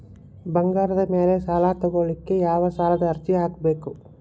ಬಂಗಾರದ ಮ್ಯಾಲೆ ಸಾಲಾ ತಗೋಳಿಕ್ಕೆ ಯಾವ ಸಾಲದ ಅರ್ಜಿ ಹಾಕ್ಬೇಕು?